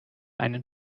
einen